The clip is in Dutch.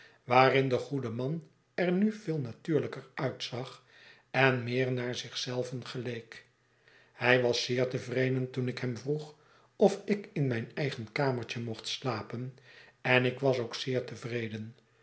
waarin de goede man er nu veel natuurlijker uitzag en meer naar zich zelven geleek hij was zeer tevreden toen ik hem yroeg of ik in mijn eigen kamertje mocht slapen en ik was ook zeer tevreden